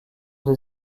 des